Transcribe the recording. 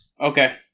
Okay